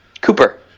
cooper